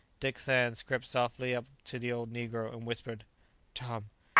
dick sands crept softly up to the old negro, and whispered tom,